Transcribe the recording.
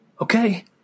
Okay